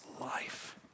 life